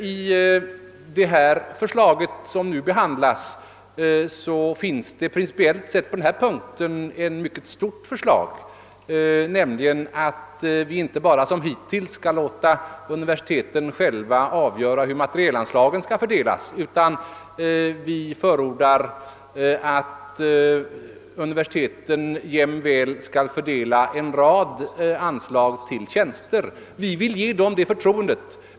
I det ärende som nu behandlas ingår på denna punkt ett mycket omfattande förslag som innebär inte bara att vi som hittills skall låta universiteten själva avgöra hur materielanslagen skall fördelas utan jämväl att universiteten skall fördela en del anslag för tjänster. Vi vill ge dem det förtroendet.